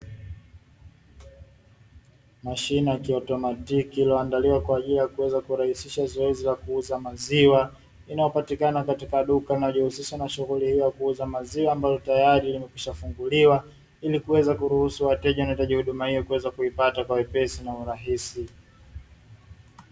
Mashine ya kiautomatiki iliyoandaliwa kwa ajili ya kuweza kurahisisha zoezi la kuuza maziwa, inayopatikana katika duka linalojihusisha na shughuli hiyo ya kuuza maziwa ambayo tayari limekwisha funguliwa ili kuweza kuruhusu wateja wanaohitaji huduma hiyo kuweza kuipata kwa wepesi na urahisi.